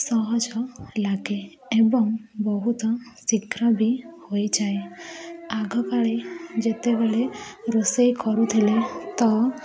ସହଜ ଲାଗେ ଏବଂ ବହୁତ ଶୀଘ୍ର ବି ହୋଇଯାଏ ଆଗକାଳେ ଯେତେବେଳେ ରୋଷେଇ କରୁଥିଲେ ତ